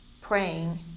praying